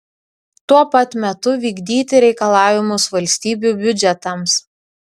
tuo pat metu vykdyti reikalavimus valstybių biudžetams